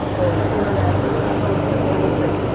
early to internet, early to social. early like,